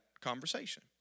conversation